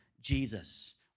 Jesus